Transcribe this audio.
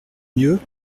mieux